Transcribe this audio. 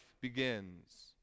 begins